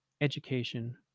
education